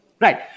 Right